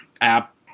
app